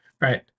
right